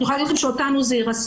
אני יכולה להגיד לכם שאותנו זה ירסק.